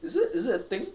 is it is it a thing